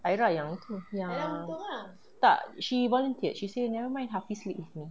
aira yang tu yang tak she volunteered she say nevermind hafis sleep with me